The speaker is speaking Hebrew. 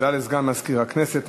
תודה לסגן מזכירת הכנסת.